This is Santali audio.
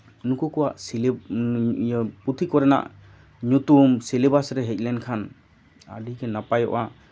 ᱱᱩᱠᱩ ᱠᱚᱣᱟᱜ ᱯᱩᱛᱷᱤ ᱠᱚᱨᱮᱱᱟᱜ ᱧᱩᱛᱩᱢ ᱥᱤᱞᱮᱵᱟᱥ ᱨᱮ ᱦᱮᱡ ᱞᱮᱱᱠᱷᱟᱱ ᱟᱹᱰᱤᱜᱮ ᱱᱟᱯᱟᱭᱚᱜᱼᱟ